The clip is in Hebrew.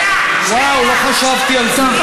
וואו, לא חשבתי על זה.